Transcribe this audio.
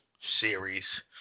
series